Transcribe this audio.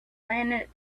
planet